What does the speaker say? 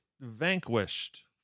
vanquished